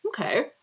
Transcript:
Okay